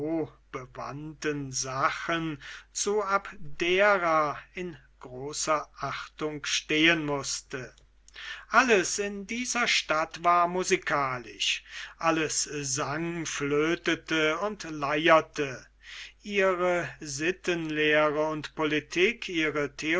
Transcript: bewandten sachen zu abdera in großer achtung stehen mußte alles in dieser stadt war musikalisch alles sang flötete und leierte ihre sittenlehre und politik ihre